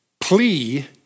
plea